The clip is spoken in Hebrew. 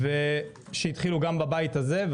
שהתחילו גם בבית הזה.